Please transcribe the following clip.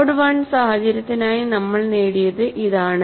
mode I സാഹചര്യത്തിനായി നമ്മൾ നേടിയത് ഇതാണ്